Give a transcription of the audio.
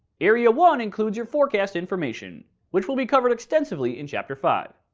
area one includes your forecast information, which will be covered extensively in chapter five.